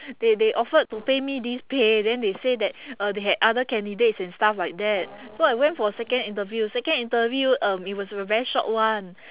they they offered to pay me this pay then they say that uh they had other candidates and stuff like that so I went for a second interview second interview um it was a very short one